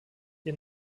ihr